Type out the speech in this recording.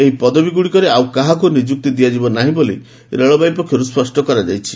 ଏହି ପଦବୀଗୁଡ଼ିକରେ ଆଉ କାହାକୁ ନିଯୁକ୍ତି ଦିଆଯିବ ନାହିଁ ବୋଲି ରେଳବାଇ ପକ୍ଷରୁ ସ୍ୱଷ୍ଟ କରାଯାଇଛି